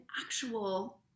actual